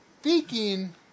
speaking